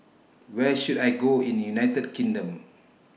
Where should I Go in United Kingdom